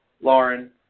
Lauren